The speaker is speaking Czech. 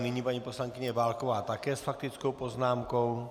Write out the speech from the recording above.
Nyní paní poslankyně Válková také s faktickou poznámkou.